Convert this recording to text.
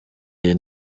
iyi